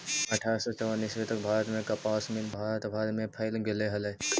अट्ठारह सौ चौवन ईस्वी तक भारत में कपास मिल भारत भर में फैल गेले हलई